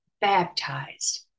baptized